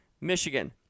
Michigan